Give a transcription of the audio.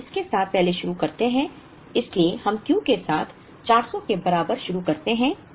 तो हम इसके साथ पहले शुरू करते हैं इसलिए हम Q के साथ 400 के बराबर शुरू करते हैं